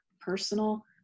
personal